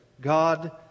God